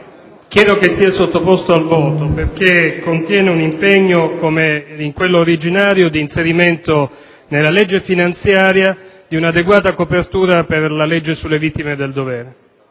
chiedo che sia sottoposto al voto perché contiene un impegno di inserimento nella legge finanziaria di un'adeguata copertura per la legge sulle vittime del dovere.